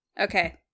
Okay